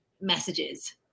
messages